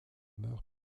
meurt